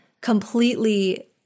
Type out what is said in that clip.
completely